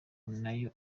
nayo